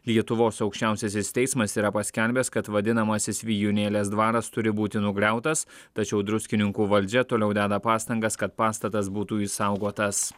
lietuvos aukščiausiasis teismas yra paskelbęs kad vadinamasis vijūnėlės dvaras turi būti nugriautas tačiau druskininkų valdžia toliau deda pastangas kad pastatas būtų išsaugotas